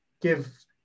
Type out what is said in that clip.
give